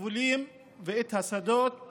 ואת השדות